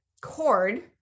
cord